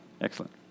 Excellent